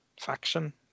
faction